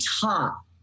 top